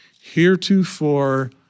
heretofore